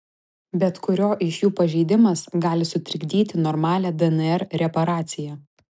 bet kurio iš jų pažeidimas gali sutrikdyti normalią dnr reparaciją